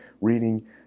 reading